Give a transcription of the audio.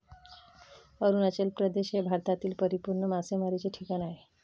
अरुणाचल प्रदेश हे भारतातील परिपूर्ण मासेमारीचे ठिकाण आहे